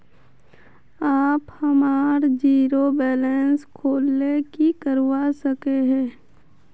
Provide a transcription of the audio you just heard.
आप हमार zero balance खोल ले की करवा सके है?